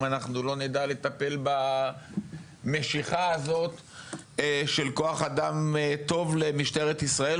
אנחנו לא נדע למשוך כוח אדם טוב למשטרת ישראל.